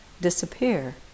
disappear